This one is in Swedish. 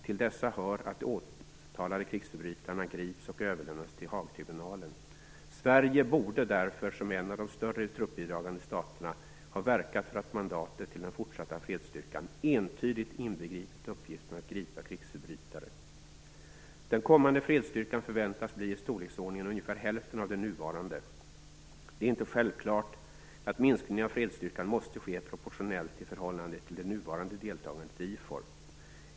Till dessa hör att de åtalade krigsförbrytarna grips och överlämnas till Haagtribunalen. Sverige borde därför, som en av de större truppbidragande staterna, ha verkat för att mandatet till den fortsatta fredsstyrkan entydigt inbegripit uppgiften att gripa krigsförbrytare. Den kommande fredstyrkan förväntas bli ungefär hälften av den nuvarande i storlek. Det är inte självklart att minskningen av fredsstyrkan måste ske proportionellt i förhållande till det nuvarande deltagandet i IFOR.